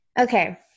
Okay